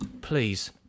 please